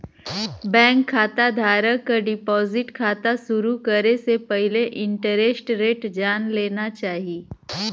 bank खाता धारक क डिपाजिट खाता शुरू करे से पहिले इंटरेस्ट रेट जान लेना चाही